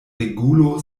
regulo